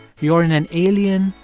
you're in an alien,